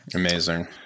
Amazing